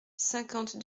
cinquante